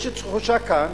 יש תחושה כאן,